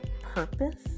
purpose